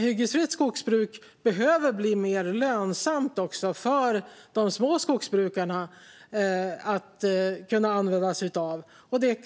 Hyggesfritt skogsbruk behöver bli mer lönsamt också för de små skogsbrukarna att använda sig av,